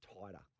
tighter